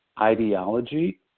ideology